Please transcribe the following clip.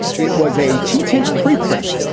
it was a t tend to preprint.